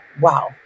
wow